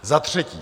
Za třetí.